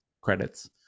credits